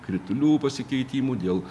kritulių pasikeitimų dėl